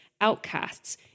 outcasts